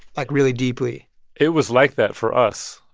like, really deeply it was like that for us.